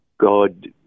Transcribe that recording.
God